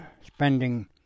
spending